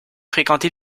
fréquenté